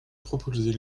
proposez